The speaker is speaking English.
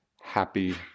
happy